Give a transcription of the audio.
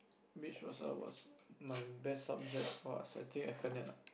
which was sub was my best subject !woah! I think F-and-N ah